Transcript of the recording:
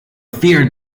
feared